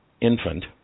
infant